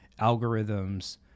algorithms